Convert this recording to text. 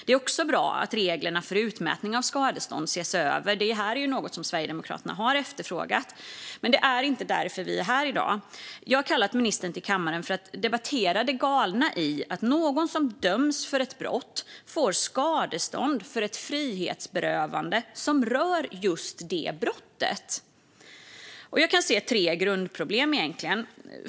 Det är också bra att reglerna för utmätning av skadestånd ses över, något som Sverigedemokraterna efterfrågat. Men det är inte därför vi är här i dag. Jag har kallat ministern till kammaren för att debattera det galna i att någon som döms för ett brott får skadestånd för ett frihetsberövande som rör just det brottet. Jag ser tre grundproblem här.